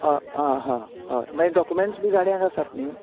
हा हा हा हा मागीर डोक्युमेंन्टस गाडयांत आसात न्ही